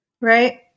right